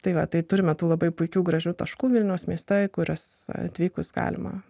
tai va tai turime tų labai puikių gražių taškų vilniaus mieste kurias atvykus galima